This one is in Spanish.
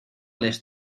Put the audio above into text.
les